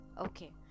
Okay